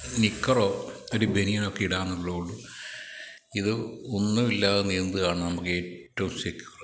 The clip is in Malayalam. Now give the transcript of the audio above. നിക്കറോ ഒരു ബനിയനൊക്കെ ഇടാന്നേളെളയുള്ളൂ ഇത് ഒന്നുമില്ലാതെ നീന്തുകയാണു നമുക്കേറ്റവും സെക്യൂർ